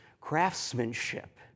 craftsmanship